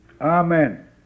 Amen